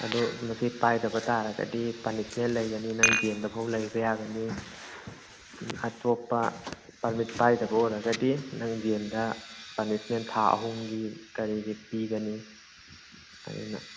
ꯑꯗꯣ ꯃꯁꯤ ꯄꯥꯏꯗꯕ ꯇꯥꯔꯒꯗꯤ ꯄꯥꯅꯤꯁꯃꯦꯟ ꯂꯩꯒꯅꯤ ꯅꯪ ꯖꯦꯟꯗꯐꯥꯎ ꯂꯩꯕ ꯌꯥꯒꯅꯤ ꯑꯇꯣꯞꯄ ꯄꯥꯔꯃꯤꯠ ꯄꯥꯏꯗꯕ ꯑꯣꯏꯔꯒꯗꯤ ꯅꯪ ꯖꯦꯟꯗ ꯄꯥꯅꯤꯁꯃꯦꯟ ꯊꯥ ꯑꯍꯨꯝꯒꯤ ꯀꯔꯤꯒꯤ ꯄꯤꯒꯅꯤ ꯑꯗꯨꯅ